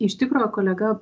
iš tikro kolega